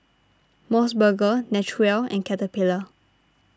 Mos Burger Naturel and Caterpillar